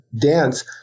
dance